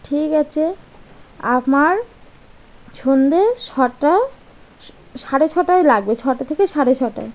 ঠিক আছে আমার সন্ধে ছটা সাড়ে ছটায় লাগবে ছটা থেকে সাড়ে ছটায়